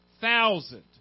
thousand